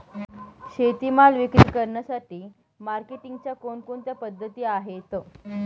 शेतीमाल विक्री करण्यासाठी मार्केटिंगच्या कोणकोणत्या पद्धती आहेत?